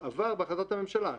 עבר בהחלטת הממשלה.